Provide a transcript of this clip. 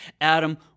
Adam